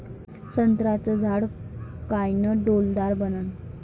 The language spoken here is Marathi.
संत्र्याचं झाड कायनं डौलदार बनन?